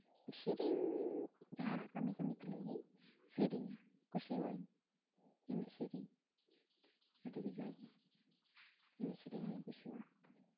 ᱥᱮᱨᱮᱧ ᱡᱟᱦᱟᱱᱟᱜ ᱠᱟᱹᱢᱤ ᱠᱟᱹᱢᱤ ᱛᱩᱞᱩᱡ ᱜᱮ ᱥᱮᱨᱮᱧᱟ ᱠᱩᱥᱤᱣᱟᱜ ᱟᱹᱧ ᱮᱱᱮᱡ ᱥᱮᱨᱮᱧ ᱟᱹᱰᱤ ᱠᱟᱡᱟᱠ ᱜᱮ ᱮᱱᱮᱡ ᱥᱮᱨᱮᱧ ᱫᱩᱧ ᱠᱩᱥᱤᱣᱟᱜᱼᱟ